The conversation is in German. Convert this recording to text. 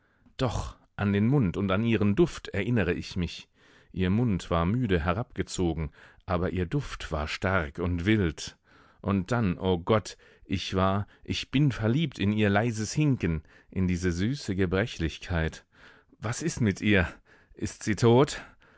doch an den mund und an ihren duft erinnere ich mich ihr mund war müde herabgezogen aber ihr duft war stark und wild und dann o gott ich war ich bin verliebt in ihr leises hinken in diese süße gebrechlichkeit was ist mit ihr ist sie tot